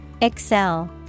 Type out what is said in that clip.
Excel